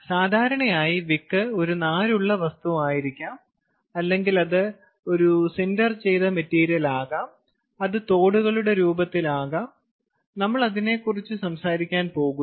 സാധാരണയായി വിക്ക് ഒരു നാരുകളുള്ള വസ്തുവായിരിക്കാം അല്ലെങ്കിൽ അത് ഒരു സിന്റർ ചെയ്ത മെറ്റീരിയലാകാം അത് തോടുകളുടെ രൂപത്തിൽ ആകാം നമ്മൾ അതിനെക്കുറിച്ച് സംസാരിക്കാൻ പോകുന്നു